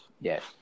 Yes